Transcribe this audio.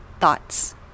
thoughts